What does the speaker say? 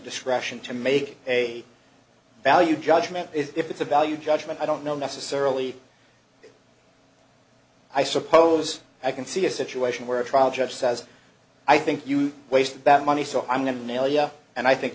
discretion to make a value judgment if it's a value judgment i don't know necessarily i suppose i can see a situation where a trial judge says i think you waste that money so i'm going to nail you and i think